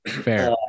Fair